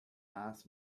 mass